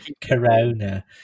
Corona